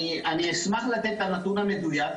אני אשמח לתת את הנתון המדויק,